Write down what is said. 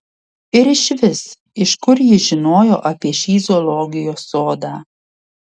ir išvis iš kur ji žinojo apie šį zoologijos sodą